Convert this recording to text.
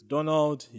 Donald